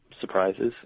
surprises